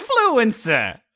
influencer